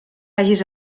hagis